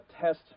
test